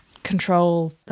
control